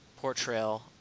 portrayal